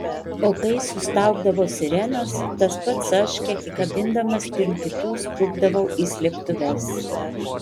o kai sustaugdavo sirenos tas pats aš kiek įkabindamas pirm kitų sprukdavau į slėptuves